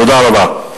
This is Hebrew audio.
תודה רבה.